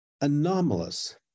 anomalous